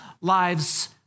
lives